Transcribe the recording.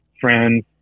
friends